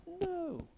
No